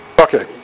Okay